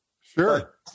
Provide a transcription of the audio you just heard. Sure